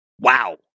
wow